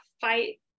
fight